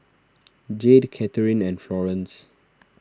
Jade Kathryn and Florance